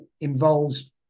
involves